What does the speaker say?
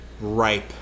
ripe